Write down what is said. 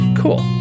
cool